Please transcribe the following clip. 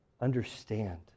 understand